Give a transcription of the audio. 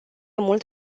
mult